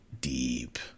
deep